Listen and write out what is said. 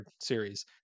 series